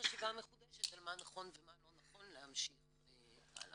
חשיבה מחודשת על מה נכון ומה לא נכון להמשיך הלאה.